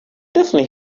definitely